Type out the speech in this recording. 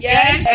Yes